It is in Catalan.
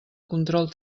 control